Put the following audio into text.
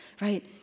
right